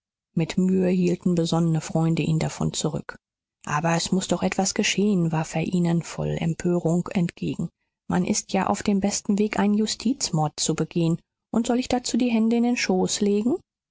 mit mühe hielten besonnene freunde ihn davon zurück aber es muß doch etwas geschehen warf er ihnen voll empörung entgegen man ist ja auf dem besten weg einen justizmord zu begehen und soll ich dazu die hände in den schoß legen